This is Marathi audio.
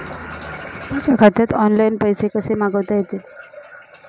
माझ्या खात्यात ऑनलाइन पैसे कसे मागवता येतील?